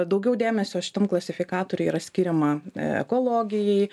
daugiau dėmesio šitam klasifikatoriuje yra skiriama ekologijai